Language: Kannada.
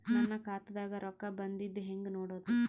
ನನ್ನ ಖಾತಾದಾಗ ರೊಕ್ಕ ಬಂದಿದ್ದ ಹೆಂಗ್ ನೋಡದು?